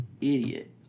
idiot